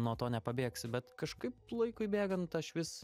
nuo to nepabėgsi bet kažkaip laikui bėgant aš vis